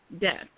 death